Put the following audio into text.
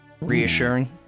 Reassuring